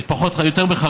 יש יותר מחרדים.